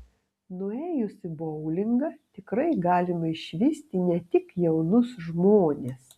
nuėjus į boulingą tikrai galima išvysti ne tik jaunus žmones